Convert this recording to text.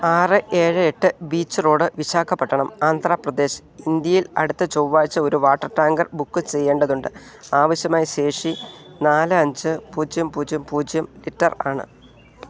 ആറ് ഏഴ് എട്ട് ബീച്ച് റോഡ് വിശാഖപട്ടണം ആന്ധ്രാപ്രദേശ് ഇന്ത്യയിൽ അടുത്ത ചൊവ്വാഴ്ച ഒരു വാട്ടർ ടാങ്കർ ബുക്ക് ചെയ്യേണ്ടതുണ്ട് ആവശ്യമായ ശേഷി നാല് അഞ്ച് പൂജ്യം പൂജ്യം പൂജ്യം ലിറ്റർ ആണ്